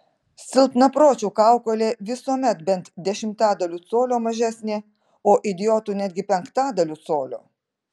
silpnapročių kaukolė visuomet bent dešimtadaliu colio mažesnė o idiotų netgi penktadaliu colio